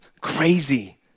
crazy